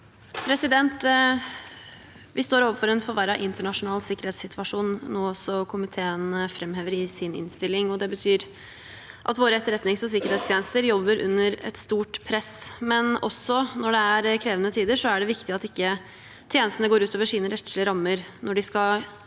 Vi står overfor en forverret internasjonal sikkerhetssituasjon, noe også komiteen framhever i sin innstilling, og det betyr at våre etterretnings- og sikkerhetstjenester jobber under et stort press. Men også når det er krevende tider, er det viktig at tjenestene ikke går utover sine rettslige rammer når de skal løse